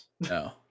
No